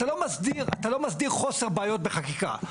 אתה לא מסדיר חוסר בעיות בחקיקה,